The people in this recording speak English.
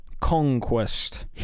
Conquest